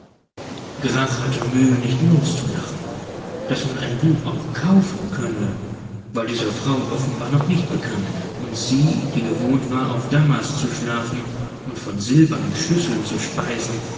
grach hatte mühe nicht loszulachen daß man ein buch auch kaufen könne war dieser frau offenbar noch nicht bekannt und sie die gewohnt war auf damast zu schlafen und von silbernen schüsseln zu speisen